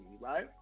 right